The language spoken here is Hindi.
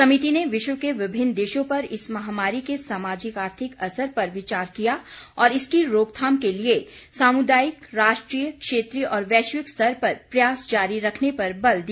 समिति ने विश्व के विभिन्न देशों पर इस महामारी के सामाजिक आर्थिक असर पर विचार किया और इसकी रोकथाम के लिए सामुदायिक राष्ट्रीय क्षेत्रीय और वैश्विक स्तर पर प्रयास जारी रखने पर बल दिया